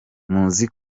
muzi